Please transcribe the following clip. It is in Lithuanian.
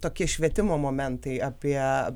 tokie švietimo momentai apie